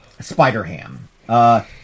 Spider-Ham